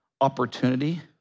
opportunity